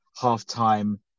half-time